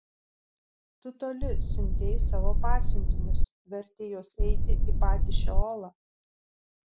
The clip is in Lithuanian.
tu toli siuntei savo pasiuntinius vertei juos eiti į patį šeolą